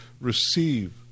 receive